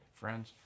friends